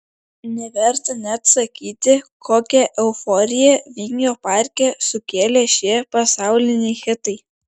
neverta net sakyti kokią euforiją vingio parke sukėlė šie pasauliniai hitai